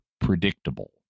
predictable